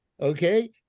okay